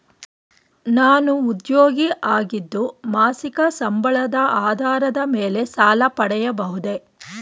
ನಾನು ಉದ್ಯೋಗಿ ಆಗಿದ್ದು ಮಾಸಿಕ ಸಂಬಳದ ಆಧಾರದ ಮೇಲೆ ಸಾಲ ಪಡೆಯಬಹುದೇ?